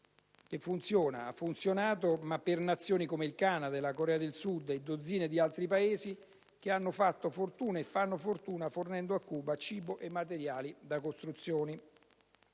funziona ed ha funzionato per Nazioni come il Canada, la Corea del Sud e dozzine di altri Paesi che hanno fatto e fanno fortuna fornendo a Cuba cibo e materiali per costruzioni.